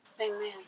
Amen